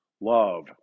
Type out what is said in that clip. Love